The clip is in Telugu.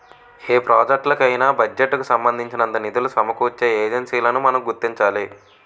ఏ ప్రాజెక్టులకు అయినా బడ్జెట్ కు సంబంధించినంత నిధులు సమకూర్చే ఏజెన్సీలను మనం గుర్తించాలి